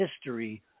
history